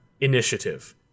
initiative